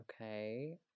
okay